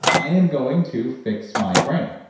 i am going to fix my brain.